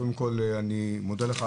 קודם כל אני מודה לך,